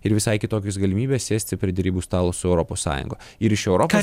ir visai kitokios galimybės sėsti prie derybų stalo su europos sąjunga ir iš europos